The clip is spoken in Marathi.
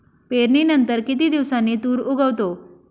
पेरणीनंतर किती दिवसांनी तूर उगवतो?